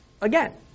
again